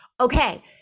Okay